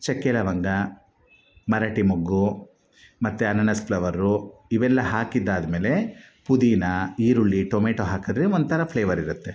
ಚಕ್ಕೆ ಲವಂಗ ಮರಾಠಿ ಮೊಗ್ಗು ಮತ್ತು ಅನಾನಸ್ ಫ್ಲವರು ಇವೆಲ್ಲ ಹಾಕಿದಾದಮೇಲೆ ಪುದೀನ ಈರುಳ್ಳಿ ಟೊಮೆಟೋ ಹಾಕಿದ್ರೆ ಒಂಥರ ಫ್ಲೇವರಿರುತ್ತೆ